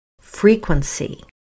frequency